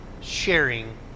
sharing